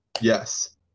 Yes